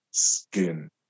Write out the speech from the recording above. skin